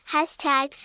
Hashtag